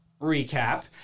recap